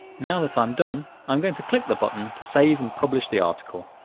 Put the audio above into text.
now that i'm done, i'm going to click the button to save and publish the article.